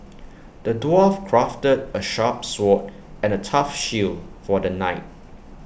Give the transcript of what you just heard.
the dwarf crafted A sharp sword and A tough shield for the knight